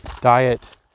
diet